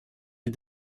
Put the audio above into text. est